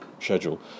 schedule